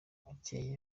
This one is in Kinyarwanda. bukeye